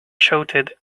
shouted